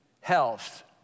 health